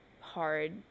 hard